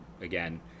again